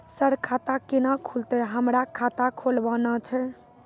Sir खाता केना खुलतै, हमरा खाता खोलवाना छै?